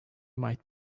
might